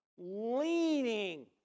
leaning